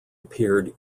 appeared